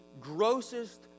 grossest